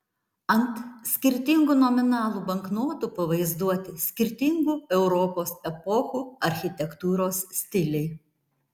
ant skirtingų nominalų banknotų pavaizduoti skirtingų europos epochų architektūros stiliai